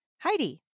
Heidi